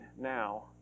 now